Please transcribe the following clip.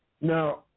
now